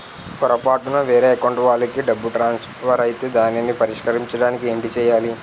పొరపాటున వేరే అకౌంట్ వాలికి డబ్బు ట్రాన్సఫర్ ఐతే దానిని పరిష్కరించడానికి ఏంటి చేయాలి?